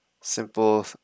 simple